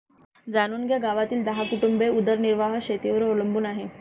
जाणून घ्या गावातील दहा कुटुंबे उदरनिर्वाह शेतीवर अवलंबून आहे